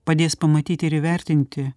padės pamatyti ir įvertinti